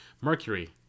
Mercury